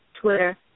Twitter